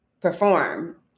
perform